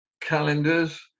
calendars